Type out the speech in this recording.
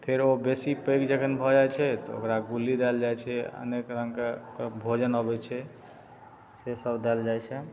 फेर ओ बेसी पैघ जखन भऽ जाइ छै तऽ ओकरा गुल्ली देल जाइ छै अनेक रङ्गके भोजन अबय छै से सभ देल जाइ छै